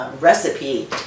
Recipe